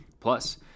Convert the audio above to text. Plus